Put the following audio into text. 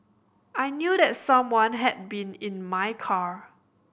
I knew that someone had been in my car